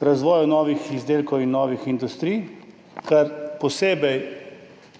razvoju novih izdelkov in novih industrij, kjer posebej